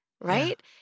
right